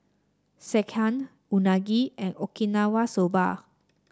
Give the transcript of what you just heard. Sekihan Unagi and Okinawa Soba